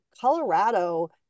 Colorado